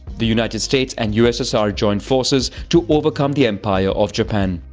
the united states and ussr join forces to overcome the empire of japan.